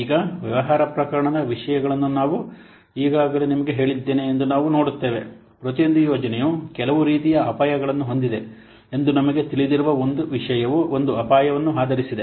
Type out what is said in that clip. ಈಗ ವ್ಯವಹಾರ ಪ್ರಕರಣದ ವಿಷಯಗಳನ್ನು ನಾನು ಈಗಾಗಲೇ ನಿಮಗೆ ಹೇಳಿದ್ದೇನೆ ಎಂದು ನಾವು ನೋಡುತ್ತೇವೆ ಪ್ರತಿಯೊಂದು ಯೋಜನೆಯು ಕೆಲವು ರೀತಿಯ ಅಪಾಯಗಳನ್ನು ಹೊಂದಿದೆ ಎಂದು ನಮಗೆ ತಿಳಿದಿರುವ ಒಂದು ವಿಷಯವು ಒಂದು ಅಪಾಯವನ್ನು ಆಧರಿಸಿದೆ